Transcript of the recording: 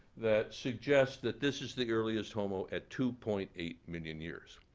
that suggest that this is the earliest homo at two point eight million years.